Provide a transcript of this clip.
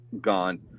gone